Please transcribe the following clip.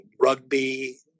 rugby